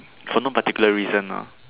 for no particular reason lah